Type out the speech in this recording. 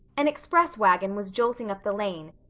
an express wagon was jolting up the lane,